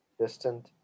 Distant